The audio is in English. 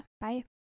Bye